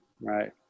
right